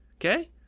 Okay